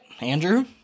Andrew